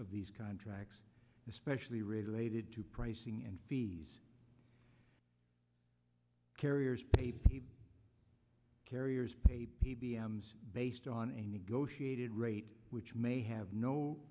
of these contracts especially related to pricing and fees carriers paper carriers pay p b m based on a negotiated rate which may have no